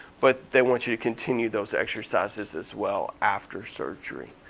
but they want you to continue those exercises as well after surgery.